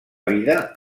vida